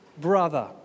brother